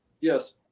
Yes